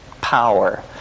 power